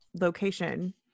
location